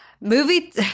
movie